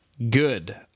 Good